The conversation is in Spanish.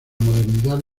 modernidad